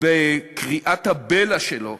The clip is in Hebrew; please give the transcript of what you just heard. בקריאת הבלע שלו,